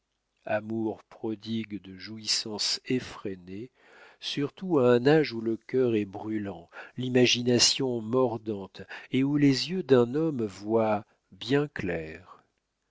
amour prodigue de jouissances effrénées surtout à un âge où le cœur est brûlant l'imagination mordante et où les yeux d'un homme voient bien clair